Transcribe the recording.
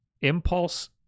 Impulse